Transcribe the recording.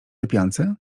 lepiance